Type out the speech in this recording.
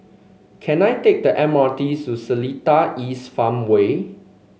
can I take the M R T to Seletar East Farmway